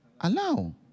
Allow